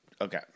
Okay